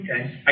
okay